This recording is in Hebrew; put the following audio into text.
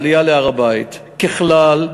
העלייה להר-הבית: ככלל,